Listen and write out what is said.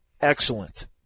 excellent